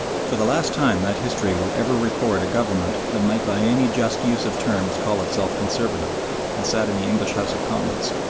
for the last time that history will ever record a government that might by any just use of terms call itself conservative has sat in the english house of commons.